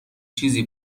چیزی